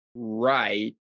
right